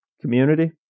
Community